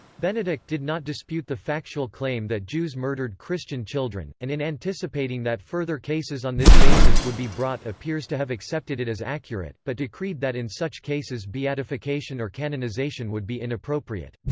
benedict did not dispute the factual claim that jews murdered christian children, and in anticipating that further cases on this basis would be brought appears to have accepted it as accurate, but decreed that in such cases beatification or canonization would be inappropriate.